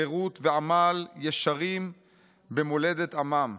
חירות ועמל ישרים במולדת עמם.